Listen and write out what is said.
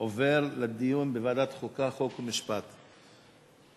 להעביר את הנושא לוועדת החוקה, חוק ומשפט נתקבלה.